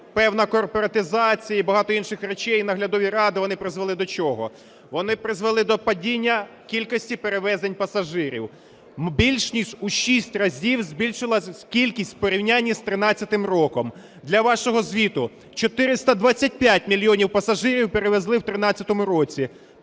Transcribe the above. Певна корпоратизація, багато інших речей, і наглядові ради, вони призвели до чого? Вони призвели до падіння кількості перевезень пасажирів. Більше ніж у 6 разів збільшилася кількість у порівняні з 13-м роком. Для вашого звіту: 425 мільйонів пасажирів перевезли в 13-му році,